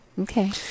Okay